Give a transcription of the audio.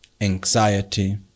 anxiety